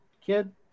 kid